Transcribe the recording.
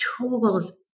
tools